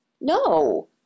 No